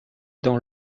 dans